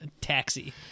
taxi